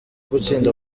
gutsinda